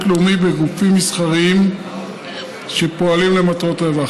לאומי בגופים מסחריים שפועלים למטרות רווח.